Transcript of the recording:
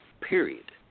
period